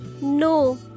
No